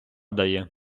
дає